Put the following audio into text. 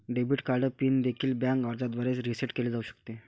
debit card PIN देखील bank अर्जाद्वारे reset केले जाऊ शकते